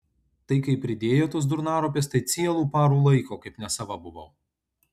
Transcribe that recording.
tai kai pridėjo tos durnaropės tai cielų parų laiko kaip nesava buvau